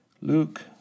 Luke